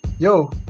Yo